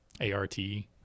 a-r-t